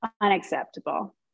unacceptable